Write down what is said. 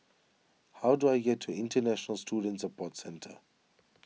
how do I get to International Student Support Centre